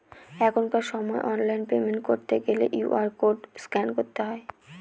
এখনকার সময় online payment করতে গেলে কিউ.আর কোড স্ক্যান করতে হয়